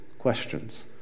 questions